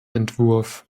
entwurf